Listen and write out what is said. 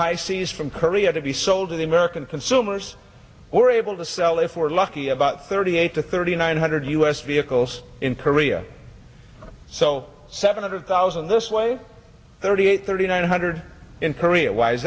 high seas from korea to be sold to the american consumers were able to sell if we're lucky about thirty eight to thirty nine hundred u s vehicles in korea so seven hundred thousand this way thirty eight thirty nine hundred in korea w